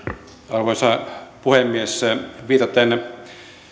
arvoisa puhemies viitaten